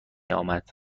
آمد